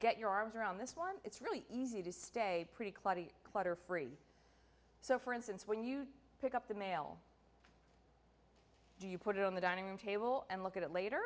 get your arms around this one it's really easy to stay pretty cloudy clutter free so for instance when you pick up the mail do you put it on the dining room table and look at it later